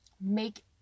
make